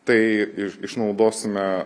tai ir išnaudosime